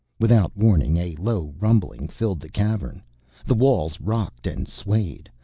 without warning, a low rumbling filled the cavern the walls rocked and swayed.